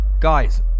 Guys